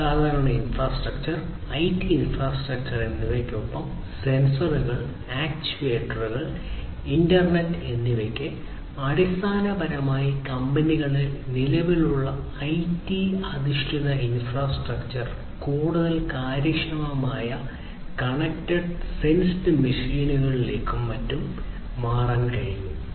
സാധാരണ infrastructure IT infrastructure എന്നിവയ്ക്കൊപ്പം സെൻസറുകൾ ആക്യുവേറ്ററുകൾ ഇൻറർനെറ്റ് മറ്റും മാറ്റാൻ കഴിഞ്ഞു